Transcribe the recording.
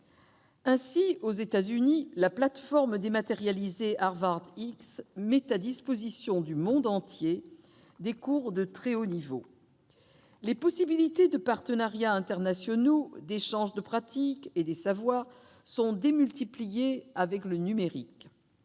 Ainsi, aux États-Unis, la plateforme dématérialisée HarvardX met à disposition du monde entier des cours de très haut niveau. Les possibilités de partenariats internationaux, d'échanges de pratiques et de savoirs sont démultipliées avec le numérique.